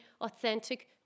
authentic